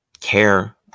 care